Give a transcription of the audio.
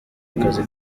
akazi